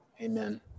amen